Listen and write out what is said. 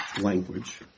language